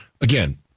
again